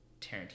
Tarantino